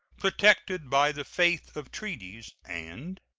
protected by the faith of treaties and